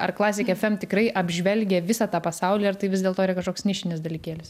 ar klasik ef em tikrai apžvelgia visą tą pasaulį ar tai vis dėlto yra kažkoks nišinis dalykėlis